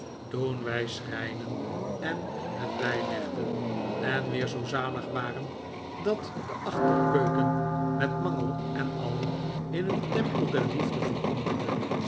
toen wij schreiden en het bijlegden en weer zoo zalig waren dat de achterkeuken met mangel en al in een tempel der liefde veranderde